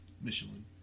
Michelin